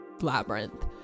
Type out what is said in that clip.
labyrinth